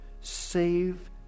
save